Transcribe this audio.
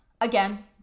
again